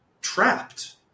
trapped